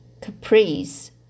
caprice